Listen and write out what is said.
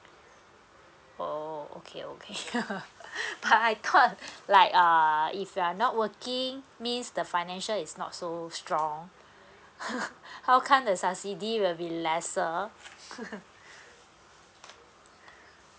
oh okay okay but I thought like err if you're not working means the financial is not so strong how come the subsidy will be lesser